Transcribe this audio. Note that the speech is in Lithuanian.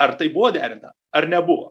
ar tai buvo derinta ar nebuvo